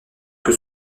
que